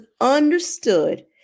understood